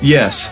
Yes